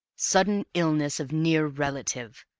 sudden illness of near relative!